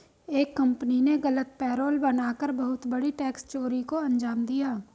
एक कंपनी ने गलत पेरोल बना कर बहुत बड़ी टैक्स चोरी को अंजाम दिया